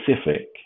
specific